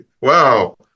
wow